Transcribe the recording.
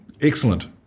Excellent